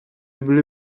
byly